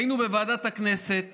היינו בוועדת הכנסת